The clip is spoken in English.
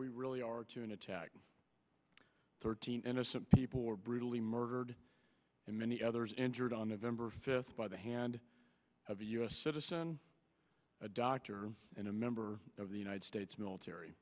we really are to an attack thirteen innocent people were brutally murdered and many others injured on november fifth by the hand of a u s citizen a doctor and a member of the united states military